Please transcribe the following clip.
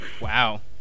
Wow